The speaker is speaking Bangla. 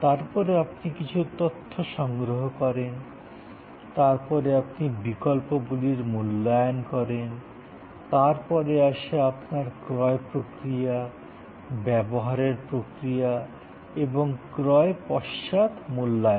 তারপরে আপনি কিছু তথ্য সংগ্রহ করেন তারপরে আপনি বিকল্পগুলির মূল্যায়ন করেন তারপরে আসে আপনার ক্রয় প্রক্রিয়া ব্যবহারের প্রক্রিয়া এবং ক্রয় পশ্চাৎ মূল্যায়ন